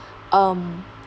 um